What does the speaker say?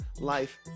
life